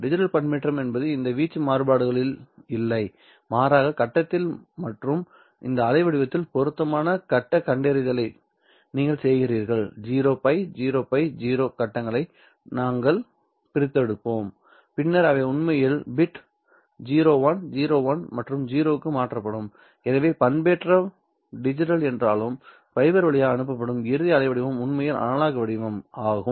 digital பண்பேற்றம் என்பது இந்த வீச்சு மாறுபாடுகளில் இல்லை மாறாக கட்டத்தில் மற்றும் இந்த அலைவடிவத்தில் பொருத்தமான கட்ட கண்டறிதலை நீங்கள் செய்கிறீர்கள் 0 π 0 π 0 கட்டங்களை நாங்கள் பிரித்தெடுப்போம் பின்னர் அவை உண்மையில் பிட் 0101 மற்றும் 0 க்கு மாற்றப்படும் எனவே பண்பேற்றம் டிஜிட்டல் என்றாலும் ஃபைபர் வழியாக அனுப்பப்படும் இறுதி அலைவடிவம் உண்மையில் அனலாக் அலைவடிவம் ஆகும்